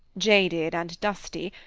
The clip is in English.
jaded and dusty,